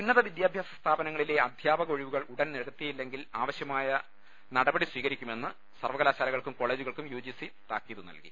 ഉന്നത വിദ്യാഭ്യാസ സ്ഥാപനങ്ങളിലെ അധ്യാപക ഒഴിവുകൾ ഉടൻ നികത്തിയില്ലെങ്കിൽ ആവശ്യമായ നടപടി സ്വീകരിക്കുമെന്ന് സർവകലാശാലകൾക്കും കോളജുകൾക്കും യുജിസി താക്കീത് നൽകി